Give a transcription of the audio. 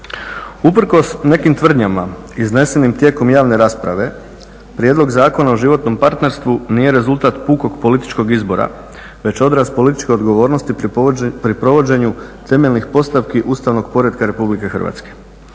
Uprkos nekim tvrdnjama iznesenim tijekom javne rasprave, Prijedlog zakona o životnom partnerstvu nije rezultat pukog političkog izbora, već odraz političke odgovornosti pri provođenju temeljnih postavki ustavnog poretka RH. Ustav pred